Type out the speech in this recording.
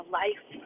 life